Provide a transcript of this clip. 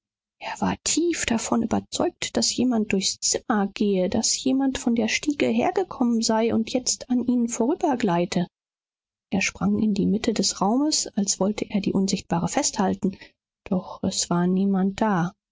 er war tief davon überzeugt daß jemand durchs zimmer gehe daß jemand von der stiege hergekommen sei und jetzt an ihnen vorübergleite er sprang in die mitte des raumes als wollte er die unsichtbare festhalten doch es war niemand da